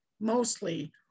mostly